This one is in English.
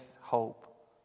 hope